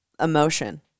Emotion